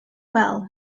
well